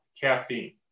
caffeine